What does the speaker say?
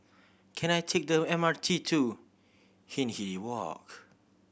can I take the M R T to Hindhede Walk